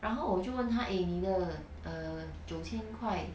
然后我就问他 eh 你的 err 九千块